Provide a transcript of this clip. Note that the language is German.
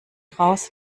raus